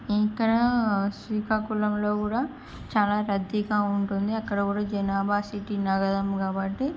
ఇక్కడ శ్రీకాకుళంలో కూడా చాలా రద్దీగా ఉంటుంది అక్కడ కూడా జనాభా సిటీ నగరం కాబట్టి